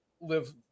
live